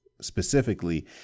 specifically